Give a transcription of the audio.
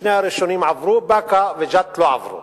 שני הראשונים עברו, באקה וג'ת לא עברו.